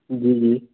जी जी